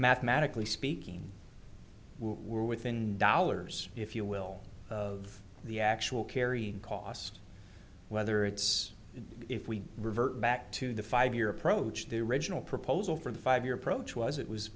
mathematically speaking we're within dollars if you will of the actual carry cost whether it's if we revert back to the five year approach the original proposal for the five year approach was it was